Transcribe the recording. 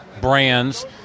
brands